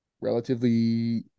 relatively